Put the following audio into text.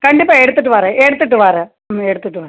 கண்டிப்பாக எடுத்துட்டு வரேன் எடுத்துட்டு வரேன் ம் எடுத்துட்டு வரேன்